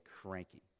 cranky